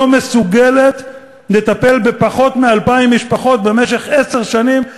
לא מסוגלת לטפל בפחות מ-2,000 משפחות במשך עשר שנים,